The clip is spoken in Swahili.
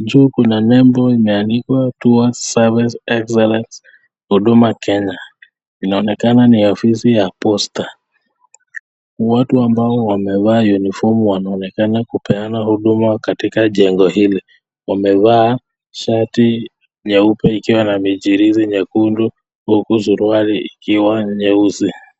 Juu kuna nembo imeandikwa towards service excellence Huduma Kenya. Inaonekana ni ofisi ya posta. Watu ambao wamevaa uniform wanaonekana kupeana huduma katika jengo hili. Wamevaa shati nyeupe ikiwa na michirizi nyekundu huku suruali ikiwa nyeusi.